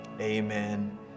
amen